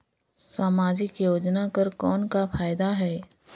समाजिक योजना कर कौन का फायदा है?